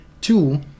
Two